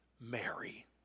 Mary